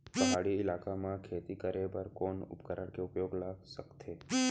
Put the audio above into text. पहाड़ी इलाका म खेती करें बर कोन उपकरण के उपयोग ल सकथे?